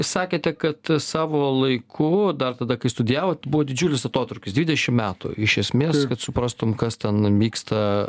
sakėte kad savo laiku dar tada kai studijavot buvo didžiulis atotrūkis dvidešim metų iš esmės kad suprastum kas ten vyksta